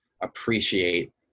appreciate